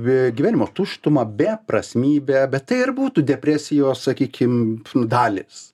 vi gyvenimo tuštumą beprasmybę bet tai ir būtų depresijos sakykim dalys